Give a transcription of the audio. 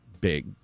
big